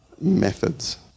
methods